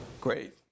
Great